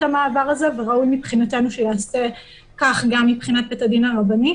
המעבר הזה וראוי מבחינתנו שייעשה כך גם מבחינת בית-הדין הרבני.